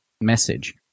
message